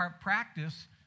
practice